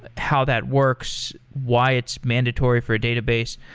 how that works, why it's mandatory for a database.